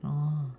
oh